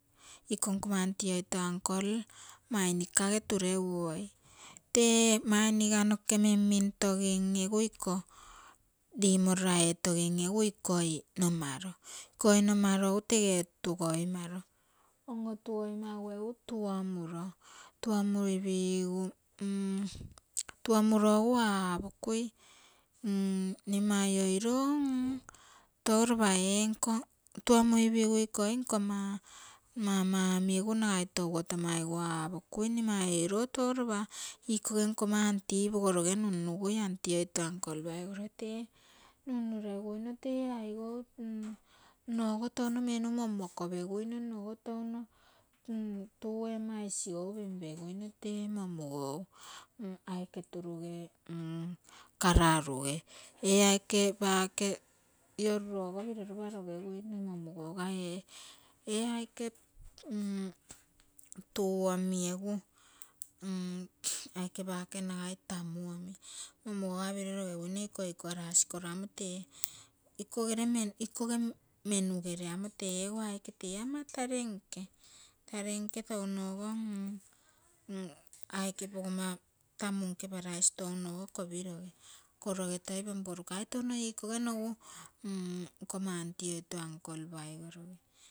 Iko nkomma aunty oito uncle, mainikage tureguoi tee mainiga noke nimnitogim iko limorona ee togim egu iko. nomaro, iko nomaro egu tege otugoimaro, on-otugoimagu egu tuomuro, tuomuipigu, tuomuro egu aapokui mne mai oiro tou lopa enko, tuomuipigu iko nkomma mama omi egu nagai toguo tomaipigu aapokui mne mai oiro touno lopa ikoge nkomma aunty pogoroge nunnugui. aunty oito uncle paigoroge tee nunnureguine tee aigou nno touno menu monmo kopeguino, nno touno tue ama isigou penpeguino tee ama momugou aike turuge kararuge, ee aike pake iorurogo piro lopa logeguine momugouga, ee aike tuu omi, egu aike pake nagai tamu momugouga iko iko rasi koloamu tee menugere egu ego aike tee ama taronke touno go aike pogomma tamu nke price touno kopiroge. kologe toi pomporukai touno ikoge nogu nkamma aunty oilo uncle.